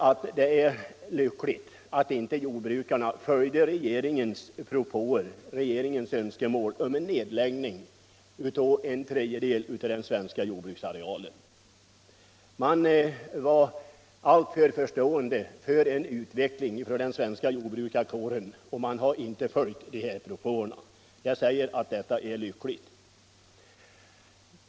Men det var ju ändå bra att jordbrukarna inte följde regeringens önskemål om en nedläggning av en tredjedel av den svenska jordbruksarealen. Den svenska jordbrukarkåren förstod alltför väl vart en sådan utveckling skulle leda och följde inte propåerna. Det är som sagt lyckligt.